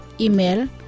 Email